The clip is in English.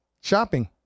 shopping